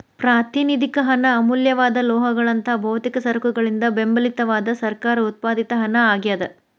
ಪ್ರಾತಿನಿಧಿಕ ಹಣ ಅಮೂಲ್ಯವಾದ ಲೋಹಗಳಂತಹ ಭೌತಿಕ ಸರಕುಗಳಿಂದ ಬೆಂಬಲಿತವಾದ ಸರ್ಕಾರ ಉತ್ಪಾದಿತ ಹಣ ಆಗ್ಯಾದ